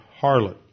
harlot